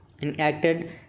Enacted